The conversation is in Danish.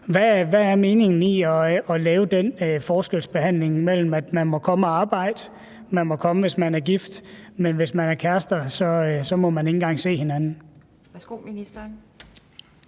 Hvad er meningen med at lave den forskelsbehandling, at man må komme og arbejde, man må komme, hvis man er gift, men hvis man er kærester, må man ikke engang se hinanden? Kl. 18:20 Anden